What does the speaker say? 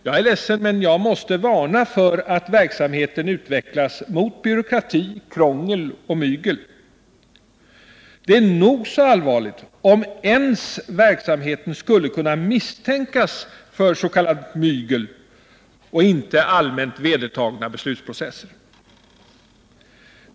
Jag är ledsen men jag måste varna för att verksamheten utvecklas mot byråkrati, krångel och mygel. Det är nog så allvarligt om verksamheten ens skulle kunna misstänkas för s.k. mygel och inte allmänt vedertagna beslutsprocesser.